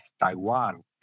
Taiwan